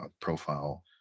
profile